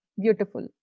Beautiful